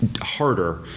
harder